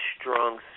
strong